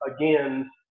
again